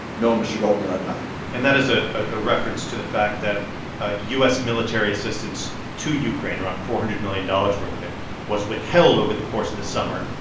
no, mr. goldman, i have not and that is a ah reference to the fact that u s. military assistance to ukraine around four hundred million dollars worth of it was withheld over the course of the summer,